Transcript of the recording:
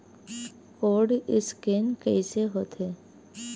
Code scan कइसे होथे?